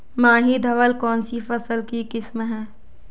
माही धवल कौनसी फसल की किस्म है?